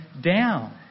down